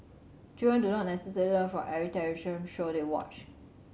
children do not necessarily learn from every television show they watch